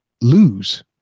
lose